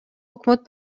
өкмөт